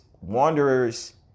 Wanderers